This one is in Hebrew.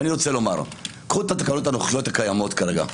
קחו את התקנות הנוכחיות הקיימות כרגע.